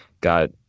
got